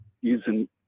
using